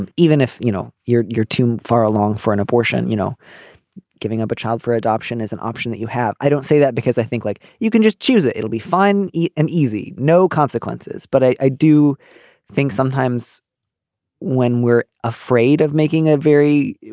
um even if you know you're you're too far along for an abortion you know giving up a child for adoption is an option that you have. i don't say that because i think like you can just choose it it'll be fine and easy no consequences. but i do think sometimes when we're afraid of making a very